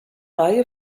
reihe